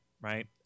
right